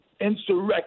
insurrection